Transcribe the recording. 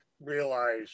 realize